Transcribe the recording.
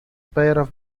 pair